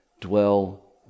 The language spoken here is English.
dwell